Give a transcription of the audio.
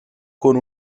con